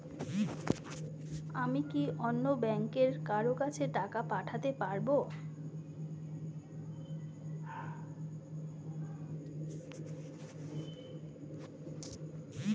আমি কি অন্য ব্যাংকের কারো কাছে টাকা পাঠাতে পারেব?